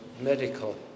medical